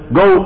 go